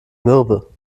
mürbe